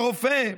הרופא.